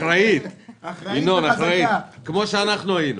אחראית כמו שאנחנו היינו.